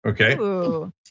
Okay